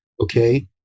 okay